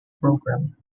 programme